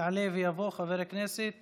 יעלה ויבוא חבר הכנסת